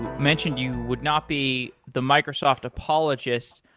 mentioned you would not be the microsoft apologist.